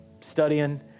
studying